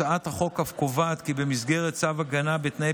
הצעת החוק אף קובעת כי במסגרת צו הגנה בתנאי